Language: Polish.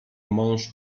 mąż